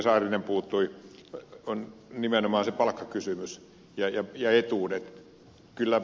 saarinen puuttui on nimenomaan palkkakysymys ja etuudet